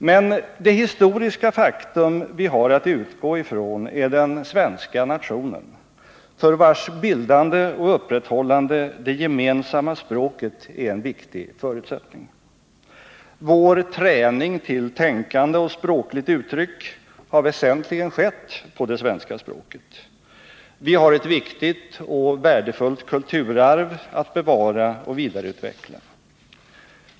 Men det historiska faktum vi har att utgå ifrån är den svenska nationen för vars bildande och upprätthållande det gemensamma språket är en viktig förutsättning. Vår träning till tänkande och språkligt uttryck har väsentligen skett på det svenska språket. Vi har ett viktigt och värdefullt kulturarv att bevara och vidareutveckla.